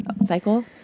cycle